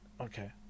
okay